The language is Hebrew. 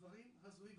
דברים הזויים,